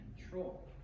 control